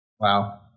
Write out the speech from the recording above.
wow